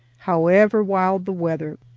however wild the weather,